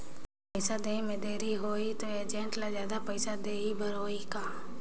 पइसा देहे मे देरी होही तो एजेंट ला जादा पइसा देही बर होही का?